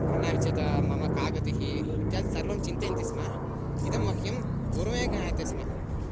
गृह्णामि चेत् मम का गतिः इत्यादिसर्वं चिन्तयन्ति स्म इदं मह्यं पूर्वमेव ज्ञायते स्म